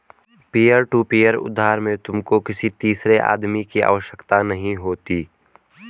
peer to peer उधार में तुमको किसी तीसरे आदमी की आवश्यकता नहीं होती